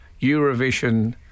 Eurovision